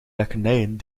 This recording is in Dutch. lekkernijen